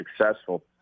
successful